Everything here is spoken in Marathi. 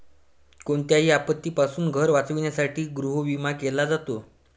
कोणत्याही आपत्तीपासून घर वाचवण्यासाठी गृहविमा केला जातो